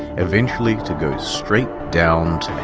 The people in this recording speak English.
eventually to go straight down to